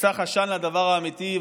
מסך עשן לדבר האמיתי.